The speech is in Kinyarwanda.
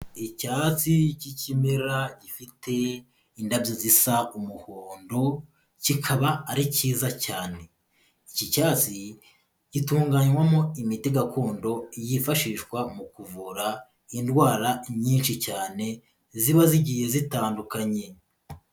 Icyatsi k'ikimera gifite indabyo zisa umuhondo kikaba ari kiza cyane, iki cyatsi gitunganywamo imiti gakondo yifashishwa mu kuvura indwara nyinshi cyane ziba zigiye zitandukanye.